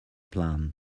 plan